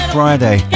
Friday